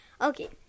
Okay